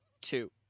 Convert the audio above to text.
two